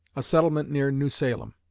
a settlement near new salem.